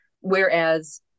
whereas